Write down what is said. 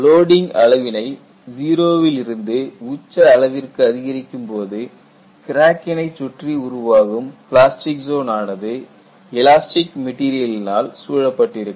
loading அளவினை 0 வில் இருந்து உச்ச அளவிற்கு அதிகரிக்கும்போது கிராக்கி னைச் சுற்றி உருவாகும் பிளாஸ்டிக் ஜோன் ஆனது எலாஸ்டிக் மெட்டீரியல்னால் சூழப்பட்டிருக்கும்